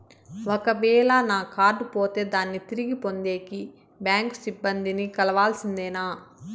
ఒక వేల నా కార్డు పోతే దాన్ని తిరిగి పొందేకి, బ్యాంకు సిబ్బంది ని కలవాల్సిందేనా?